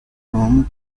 crown